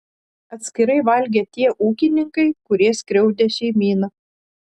atskirai valgė tie ūkininkai kurie skriaudė šeimyną